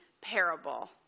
parable